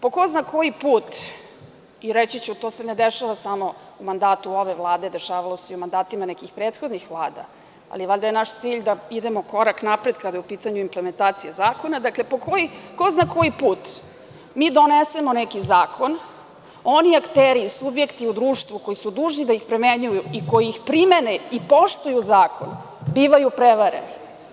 Po ko zna koji put, reći ću, to se ne dešava samo u mandatu ove Vlade, dešavalo se u mandatima i nekih prethodnih vlada, ali valjda je naš cilj da idemo korak napred, kada je u pitanju implementacija zakona, dakle, po ko zna koji put mi donesemo neki zakon, oni akteri i subjekti u društvu koji su dužni da ih primenjuju i koji ih primene i poštuju zakon, bivaju prevareni.